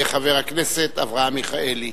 חבר הכנסת אברהם מיכאלי.